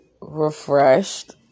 refreshed